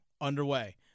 underway